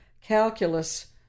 calculus